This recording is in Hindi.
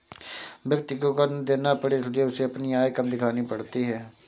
व्यक्ति को कर ना देना पड़े इसलिए उसे अपनी आय कम दिखानी पड़ती है